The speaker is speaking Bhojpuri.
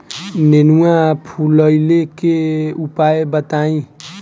नेनुआ फुलईले के उपाय बताईं?